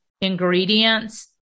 ingredients